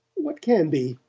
what can be?